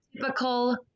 typical